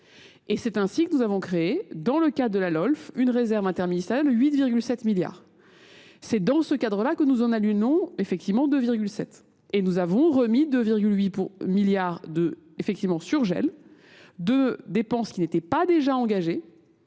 Et c'est ainsi que nous avons créé, dans le cadre de la LoLF, une réserve interministrale de 8,7 milliards. C'est dans ce cadre-là que nous en allumons effectivement 2,7. Et nous avons remis 2,8 milliards de, effectivement, surgel, de dépenses qui n'étaient pas déjà engagées,